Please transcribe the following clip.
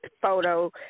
photo